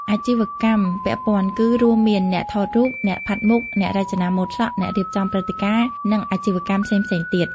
អាជីវកម្មពាក់ព័ន្ធ គឺរួមមានអ្នកថតរូប អ្នកផាត់មុខ អ្នករចនាម៉ូដសក់ អ្នករៀបចំព្រឹត្តិការណ៍ និងអាជីវកម្មផ្សេងៗទៀត។